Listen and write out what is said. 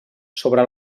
sobre